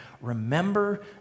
remember